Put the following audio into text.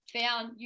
found